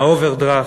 מהאוברדרפט?